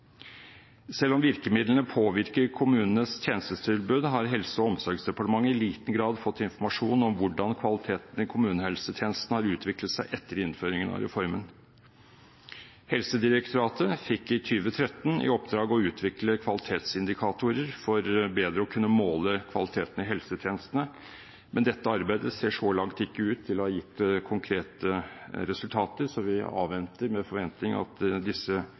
Selv om virkemidlene påvirker kommunenes tjenestetilbud, har Helse- og omsorgsdepartementet i liten grad fått informasjon om hvordan kvaliteten i kommunehelsetjenesten har utviklet seg etter innføringen av reformen. Helsedirektoratet fikk i 2013 i oppdrag å utvikle kvalitetsindikatorer for bedre å kunne måle kvaliteten i helsetjenestene, men dette arbeidet ser så langt ikke ut til å ha gitt konkrete resultater, så vi avventer med forventning at disse